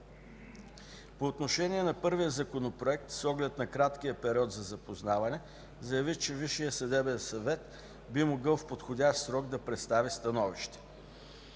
По отношение на първия законопроект, с оглед на краткия период за запознаване, заяви, че Висшият съдебен съвет би могъл в подходящ срок да представи становище.